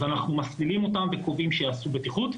אז אנחנו מסלילים אותם וקובעים שהם יעשו בטיחות.